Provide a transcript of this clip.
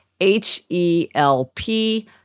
H-E-L-P